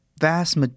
vast